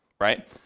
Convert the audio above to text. right